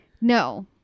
No